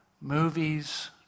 movies